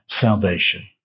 salvation